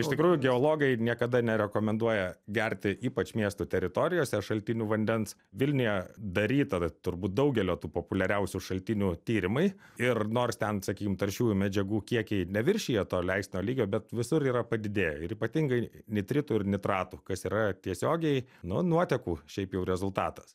iš tikrųjų geologai niekada nerekomenduoja gerti ypač miestų teritorijose šaltinių vandens vilniuje daryta turbūt daugelio tų populiariausių šaltinių tyrimai ir nors ten sakykim taršiųjų medžiagų kiekiai neviršija leistino lygio bet visur yra padidėję ir ypatingai nitritų ir nitratų kas yra tiesiogiai nu nuotekų šiaip jau rezultatas